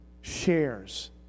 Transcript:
shares